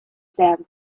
sand